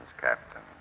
Captain